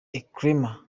elcrema